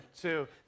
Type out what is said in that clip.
two